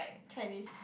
Chinese